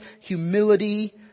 humility